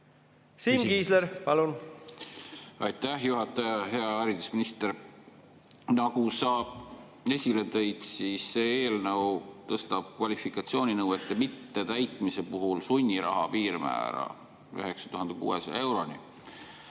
Siim Kiisler, palun! Aitäh, juhataja! Hea haridusminister! Nagu sa esile tõid, see eelnõu tõstab kvalifikatsiooninõuete mittetäitmise puhul sunniraha piirmäära 9600 euroni,